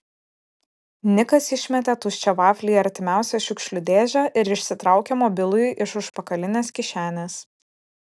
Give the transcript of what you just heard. nikas išmetė tuščią vaflį į artimiausią šiukšlių dėžę ir išsitraukė mobilųjį iš užpakalinės kišenės